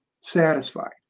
satisfied